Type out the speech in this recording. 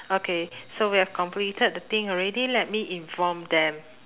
okay so we have completed the thing already let me inform them